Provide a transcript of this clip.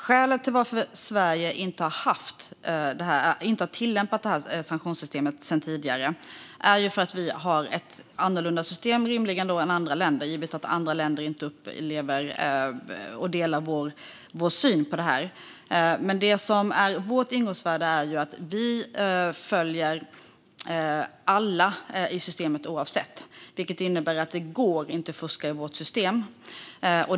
Skälet till att Sverige inte har tillämpat sanktionssystemet tidigare är att vi - rimligen, givet att andra länder inte delar vår syn på detta - har ett annorlunda system än andra länder. Vårt ingångsvärde är att vi följer alla i systemet oavsett, vilket innebär att det inte går att fuska i vårt system.